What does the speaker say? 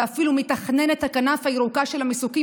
אפילו מתכננת הכנף הירוקה של המסוקים